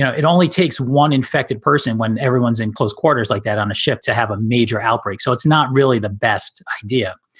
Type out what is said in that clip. it only takes one infected person when everyone's in close quarters like that on a ship to have a major outbreak. so it's not really the best idea.